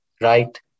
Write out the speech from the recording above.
right